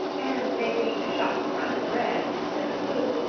and they paint a shop-front red instead of blue,